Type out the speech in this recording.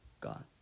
gone